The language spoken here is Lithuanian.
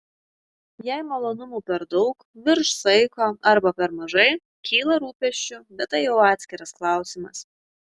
jei malonumų per daug virš saiko arba per mažai kyla rūpesčių bet tai jau atskiras klausimas